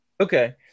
Okay